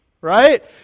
Right